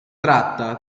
tratta